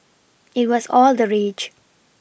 it was all the rage